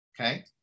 okay